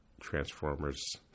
Transformers